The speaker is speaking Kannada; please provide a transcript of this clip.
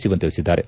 ಸಿವನ್ ತಿಳಿಸಿದ್ದಾರೆ